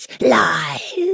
lies